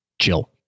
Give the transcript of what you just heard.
chill